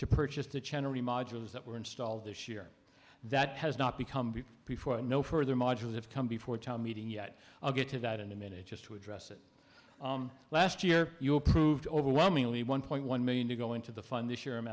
modules that were installed this year that has not become before and no further modules have come before town meeting yet i'll get to that in a minute just to address it last year you approved overwhelmingly one point one million to go into the fund this year i'm